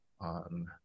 on